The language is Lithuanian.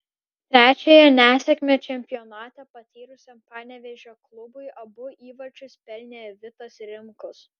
trečiąją nesėkmę čempionate patyrusiam panevėžio klubui abu įvarčius pelnė vitas rimkus